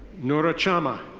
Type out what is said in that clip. noora chalma.